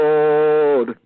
Lord